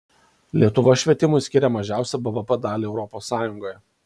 lietuva švietimui skiria mažiausią bvp dalį europos sąjungoje